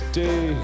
day